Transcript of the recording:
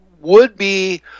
would-be